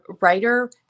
writer